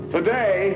Today